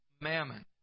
mammon